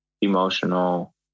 emotional